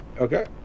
Okay